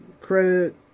credit